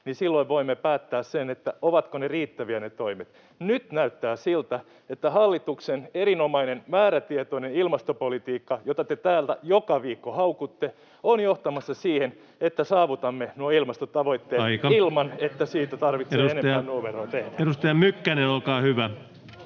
voimme päättää, ovatko ne toimet riittäviä. Nyt näyttää siltä, että hallituksen erinomainen, määrätietoinen ilmastopolitiikka, jota te täällä joka viikko haukutte, on johtamassa siihen, että saavutamme nuo ilmastotavoitteet, [Puhemies: Aika] ilman että siitä tarvitsee enempää numeroa tehdä. [Speech 82] Speaker: